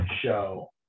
show